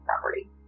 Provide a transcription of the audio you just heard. property